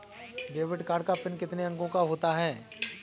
Debit card का PIN कितने अंकों का होता है?